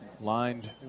Lined